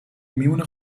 میمونه